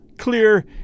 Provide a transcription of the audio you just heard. clear